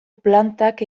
plantak